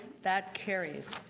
that carries.